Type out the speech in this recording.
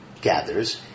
gathers